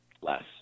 less